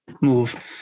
move